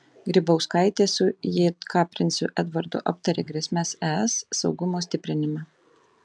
grybauskaitė su jk princu edvardu aptarė grėsmes es saugumo stiprinimą